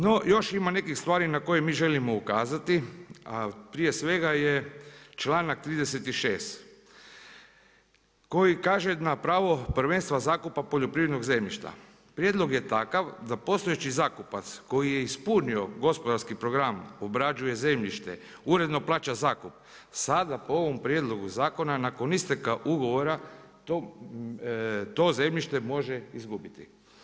No još ima nekih stvari na koje mi želimo ukazati a prije svega je članak 36 koji kaže na prvo prvenstva zakupa poljoprivrednog zemljišta prijedlog je takav da postojeći zakupac koji je ispunio gospodarski program, obrađuje zemljište, uredno plaća zakup sada po ovom prijedlogu zakona nakon isteka ugovora to zemljište može izgubiti.